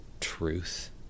truth